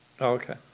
Okay